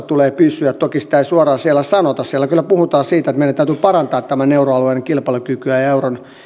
tulee pysyä toki sitä ei suoraan siellä sanota siellä kyllä puhutaan siitä että meidän täytyy parantaa euroalueen kilpailukykyä ja euron